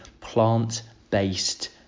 plant-based